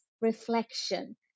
reflection